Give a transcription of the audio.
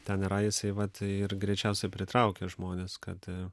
ten yra jisai vat ir greičiausiai pritraukia žmones kad